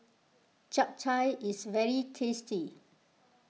Japchae is very tasty